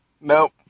Nope